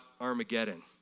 Armageddon